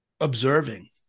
Observing